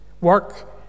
work